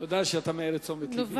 תודה שאתה מעיר את תשומת לבי.